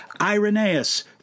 Irenaeus